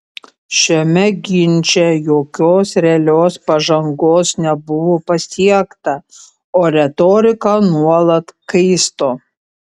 šiame ginče jokios realios pažangos nebuvo pasiekta o retorika nuolat kaisto